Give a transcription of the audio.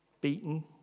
beaten